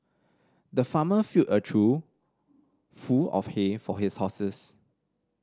the farmer filled a trough full of hay for his horses